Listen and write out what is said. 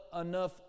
enough